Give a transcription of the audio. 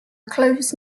close